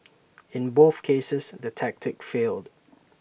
in both cases the tactic failed